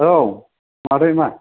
औ मादै मा